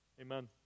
amen